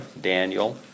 Daniel